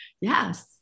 yes